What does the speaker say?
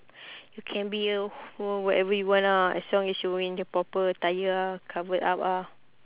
you can be a who whatever you want ah as long as you wearing the proper attire ah covered up ah